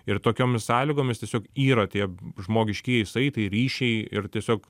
ir tokiomis sąlygomis tiesiog yra tie žmogiškieji saitai ryšiai ir tiesiog